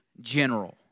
General